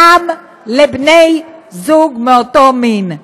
גם לבני זוג מאותו מין.